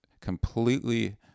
completely